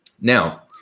Now